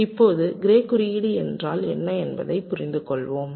இப்போது க்ரே குறியீடு என்றால் என்ன என்பதைப் புரிந்துகொள்வோம்